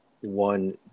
one